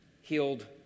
healed